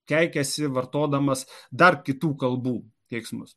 keikiasi vartodamas dar kitų kalbų keiksmus